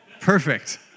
Perfect